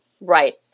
Right